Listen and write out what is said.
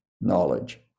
knowledge